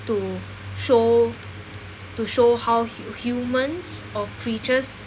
to show to show how hu~ humans or creatures